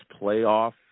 playoff